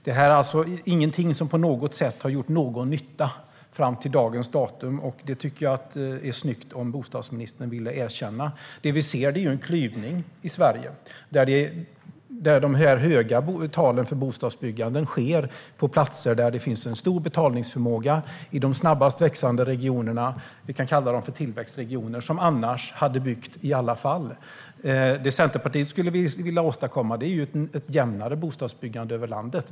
Det här har alltså inte gjort någon nytta på något sätt fram till dagens datum. Det vore snyggt om bostadsministern erkände det. Det vi ser är en klyvning i Sverige. Det stora bostadsbyggandet sker på platser där det finns stor betalningsförmåga, i de snabbast växande regionerna - vi kan kalla dem för tillväxtregioner - där man hade byggt i alla fall. Centerpartiet skulle vilja åstadkomma ett jämnare bostadsbyggande över landet.